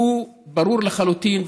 הוא ברור לחלוטין,